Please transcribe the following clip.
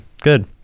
good